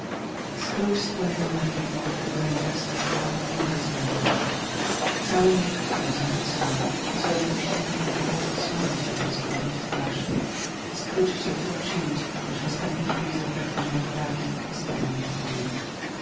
scrooge spojrzał na widmo którego ręka wskazywała mu głowę zmarłego całun lekko był zarzucony i z łatwością można go było odsłonić aby rozpoznać twarz scrooge chciał to uczynić lecz w ostatniej chwili zabrakło mu odwagi i stał nieruchomy